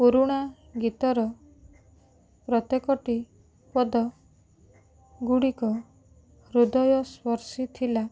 ପୁରୁଣା ଗୀତର ପ୍ରତ୍ୟେକଟି ପଦ ଗୁଡ଼ିକ ହୃଦୟସ୍ପର୍ଶୀ ଥିଲା